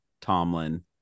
Tomlin